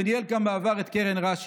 שניהל בעבר גם את קרן רש"י.